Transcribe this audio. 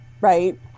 Right